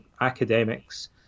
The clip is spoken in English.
academics